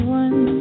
one